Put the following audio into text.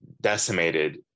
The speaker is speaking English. decimated